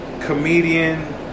comedian